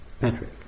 Patrick